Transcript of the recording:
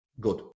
Good